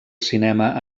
cinema